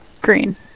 Green